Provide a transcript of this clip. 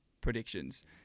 predictions